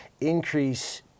increase